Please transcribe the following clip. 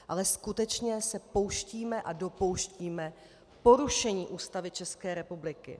Ale skutečně se pouštíme a dopouštíme porušení Ústavy České republiky.